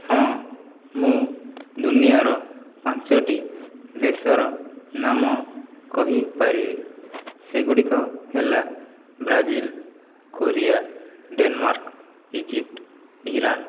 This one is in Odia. ହଁ ମୁଁ ଦୁନିଆର ପାଞ୍ଚଟି ଦେଶର ନାମ କହିପାରିବି ସେଗୁଡ଼ିକ ହେଲା Brazil Korea Denmark Egypt Iran